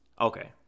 Okay